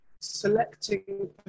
selecting